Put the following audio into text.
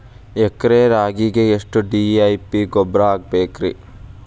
ಎಕರೆ ರಾಗಿಗೆ ಎಷ್ಟು ಡಿ.ಎ.ಪಿ ಗೊಬ್ರಾ ಹಾಕಬೇಕ್ರಿ?